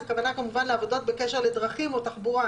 הכוונה כמובן לעבודות בקשר לדרכים או תחבורה,